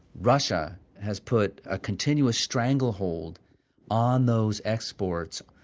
russia has put a continuous stranglehold on those exports.